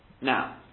Now